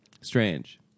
Strange